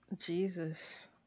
Jesus